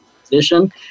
position